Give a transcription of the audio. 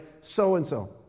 So-and-so